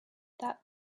that